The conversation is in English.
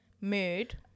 mood